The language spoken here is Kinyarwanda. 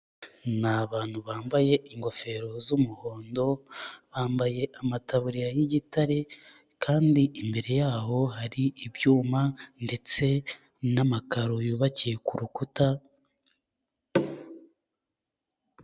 Ni abantu bambaye ingofero z'umuhondo, bambaye amataburiya y'igitare kandi imbere y'aho hari ibyuma ndetse n'amakaro yubakiye ku rukuta.